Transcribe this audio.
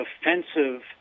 offensive